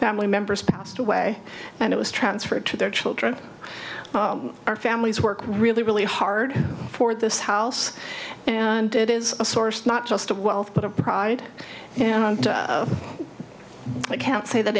family members passed away and it was transferred to their children our families worked really really hard for this house and it is a source not just of wealth but of pride and i can't say that